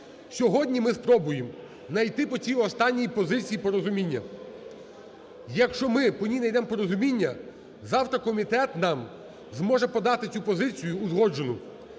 Сьогодні ми спробуємо знайти по цій останній позиції порозуміння. Якщо ми по ній знайдемо порозуміння, завтра комітет нам зможе подати позицію узгоджену.